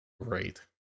great